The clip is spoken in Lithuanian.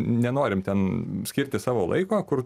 nenorim ten skirti savo laiko kur